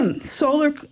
solar